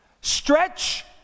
Stretch